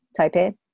Taipei